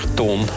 ton